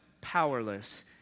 powerless